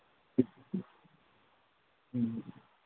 ꯎꯝ